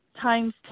times